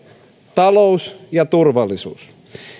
talous ja turvallisuus